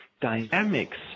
dynamics